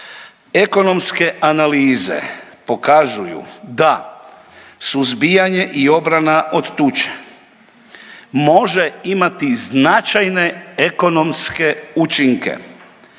Ekonomske analize pokazuju da suzbijanje i obrana od tuče može imati značajne ekonomske učinke